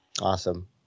Awesome